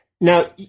now